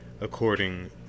according